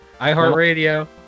iHeartRadio